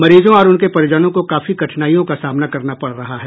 मरीजों और उनके परिजनों को काफी कठिनाईयों का सामना करना पड़ रहा है